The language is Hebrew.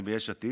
אני ביש עתיד.